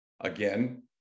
again